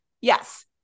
Yes